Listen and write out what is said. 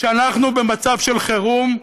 שאנחנו במצב של חירום.